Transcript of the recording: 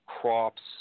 crops